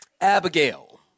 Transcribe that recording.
Abigail